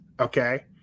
okay